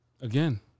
Again